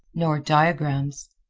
nor diagrams.